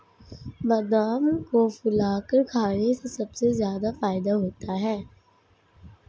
बादाम को फुलाकर खाने से सबसे ज्यादा फ़ायदा होता है